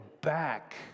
back